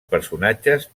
personatges